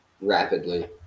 rapidly